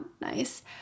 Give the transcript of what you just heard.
nice